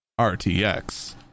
RTX